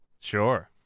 sure